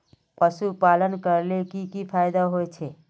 पशुपालन करले की की फायदा छे?